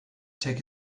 take